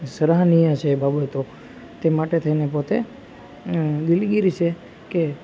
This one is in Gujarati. સરાહનીય છે એ બાબતો તે માટે થઈને પોતે દિલગીર છે કે